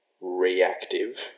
reactive